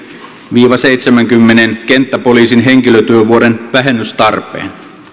viiva seitsemänkymmenen kenttäpoliisin henkilötyövuoden vähennystarpeen